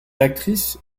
actrice